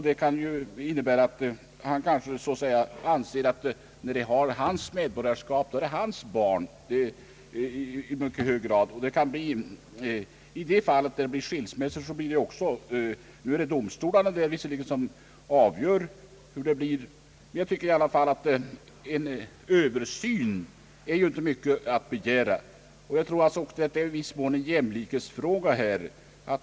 Det innebär att fadern kanske anser att barnet är hans. Vid skilsmässor är det visserligen domstolarna som avgör vem som får vårdnaden. Jag anser dock inte att det är för mycket att begära en översyn. Detta är också i viss mån en jämlikhetsfråga.